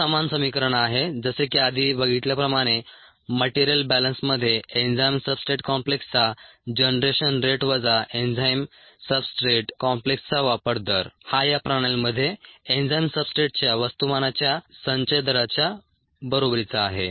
हे समान समीकरण आहे जसे की आधी बघितल्याप्रमाणे मटेरियल बॅलन्समध्ये एन्झाइम सब्सट्रेट कॉम्प्लेक्सचा जनरेशन रेट वजा एन्झाइम सब्सट्रेट कॉम्प्लेक्सचा वापर दर हा या प्रणालीमध्ये एन्झाईम सब्सट्रेटच्या वस्तुमानाच्या संचय दराच्या बरोबरीचा आहे